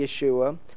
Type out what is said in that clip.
Yeshua